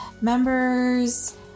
Members